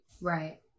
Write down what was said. Right